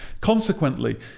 Consequently